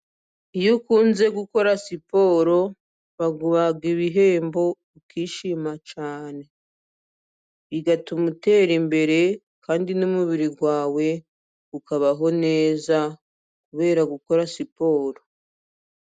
Iyo ukunze gukora siporo, baguha ibihembo ukishima cyane bigatuma utera imbere, kandi n'umubiri wawe ukabaho neza kubera gukora siporo.